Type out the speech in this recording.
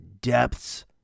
depths